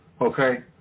Okay